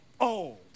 old